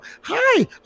hi